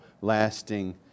lasting